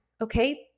okay